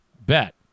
bet